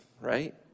right